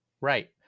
right